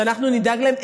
שאנחנו נדאג להם.